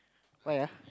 why ah